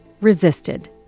resisted